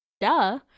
duh